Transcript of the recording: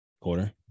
quarter